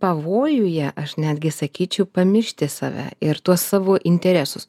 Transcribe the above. pavojuje aš netgi sakyčiau pamiršti save ir tuos savo interesus